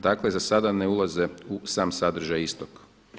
Dakle za sada ne ulaze u sam sadržaj istog.